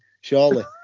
surely